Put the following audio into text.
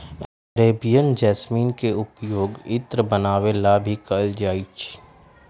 Arabian jasmine के पउपयोग इत्र बनावे ला भी कइल जाहई